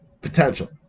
Potential